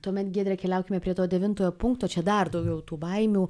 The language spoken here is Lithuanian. tuomet giedre keliaukime prie to devintojo punkto čia dar daugiau tų baimių